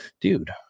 Dude